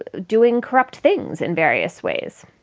doing corrupt things in various ways?